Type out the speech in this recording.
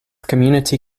community